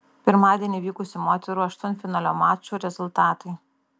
pirmadienį vykusių moterų aštuntfinalio mačų rezultatai